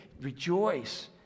rejoice